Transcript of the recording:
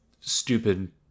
stupid